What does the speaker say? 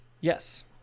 Yes